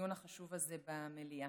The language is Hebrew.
לדיון החשוב הזה במליאה.